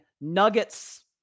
Nuggets